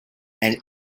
and